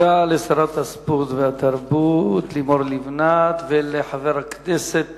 תודה לשרת הספורט והתרבות לימור לבנת ולחבר הכנסת